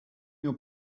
your